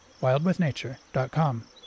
wildwithnature.com